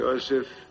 Joseph